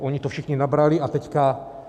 Oni to všichni nabrali a teď...